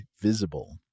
visible